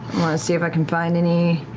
see if i can find any